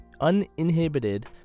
uninhibited